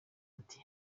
ati